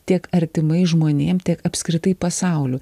tiek artimais žmonėm tiek apskritai pasauliu